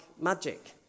magic